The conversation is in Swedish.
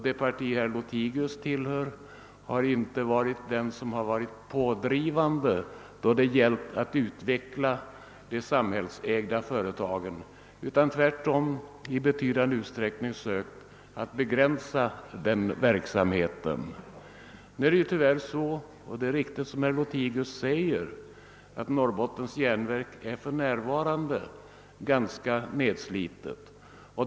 Det parti herr Lothigius tillhör har inte varit det som varit pådrivande då det gällt att utveckla de samhällsägda företagen utan har tvärtom i betydande utsträckning sökt att begränsa deras verksamhet. Som herr Lothigius säger är det tyvärr riktigt, att Norrbottens järnverk för närvarande är ganska nedslitet.